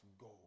go